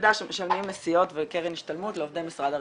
נדע שמשלמים נסיעות וקרן השתלמות לעובדי משרד הרווחה.